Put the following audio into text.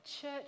church